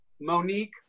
Monique